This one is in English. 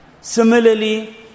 Similarly